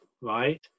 right